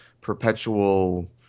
perpetual